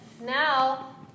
Now